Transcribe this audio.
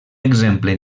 exemple